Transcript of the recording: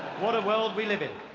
what a world we live in.